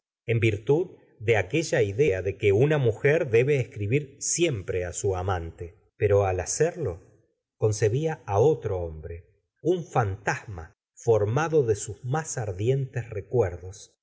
en virtud de aquella idea de que una mujer debe escribir siempre á su amante pero al hacerlo concebía á otro hombre un fantasma formado de sus más ardientes recuerdos